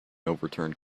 overturned